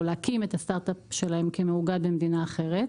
להקים את הסטארטאפ שלהם כמאוגד במדינה אחרת.